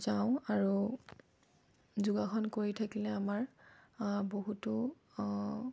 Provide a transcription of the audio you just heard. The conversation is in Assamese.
যাওঁ আৰু যোগাসন কৰি থাকিলে আমাৰ বহুতো